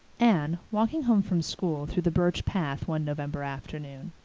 anne, walking home from school through the birch path one november afternoon,